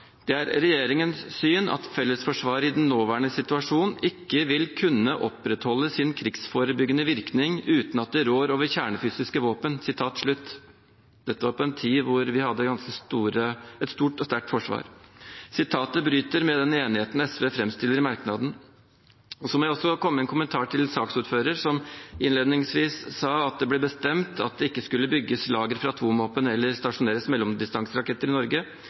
i den nåværende situasjon ikke vil kunne opprettholde sin krigsforebyggende virkning uten at det rår over kjernefysiske våpen.» Dette var på en tid da vi hadde et ganske stort og sterkt forsvar. Sitatet bryter med den enigheten SV framstiller i merknaden. Så må jeg også komme med en kommentar til saksordføreren, som innledningsvis sa at det ble bestemt i 1957 at det ikke skulle bygges lager for atomvåpen eller stasjoneres mellomdistanseraketter i Norge.